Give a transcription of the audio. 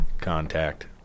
contact